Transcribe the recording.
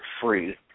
free